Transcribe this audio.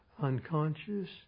unconscious